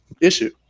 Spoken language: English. issue